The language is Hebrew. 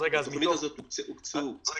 לתוכנית הזו הוקצו בסך